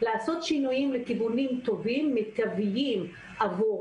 לעשות שינויים לכיוונים טובים ומיטביים עבור